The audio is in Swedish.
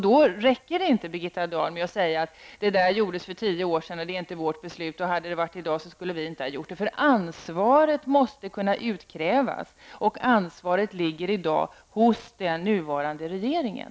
Då räcker det inte med, Birgitta Dahl, att säga att detta gjordes för tio år sedan och inte var den nuvarande regeringens beslut och säga: Hade det varit i dag, skulle vi inte ha gjort det. Ansvaret måste kunna utkrävas, och ansvaret ligger i dag hos den nuvarande regeringen.